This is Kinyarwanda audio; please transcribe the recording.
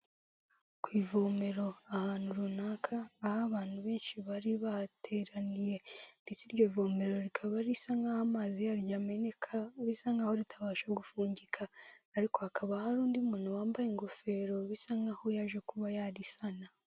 Ku ivomero ahantu runaka, aho abantu benshi bari bahateraniye ndetse iryo vomero rikaba risa nk'aho amazi yaryo ameneka bisa nk'aho ritabasha gufugika ariko hakaba hari undi muntu wambaye ingofero bisa nk'aho yaje kuba yarisana.